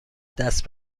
دست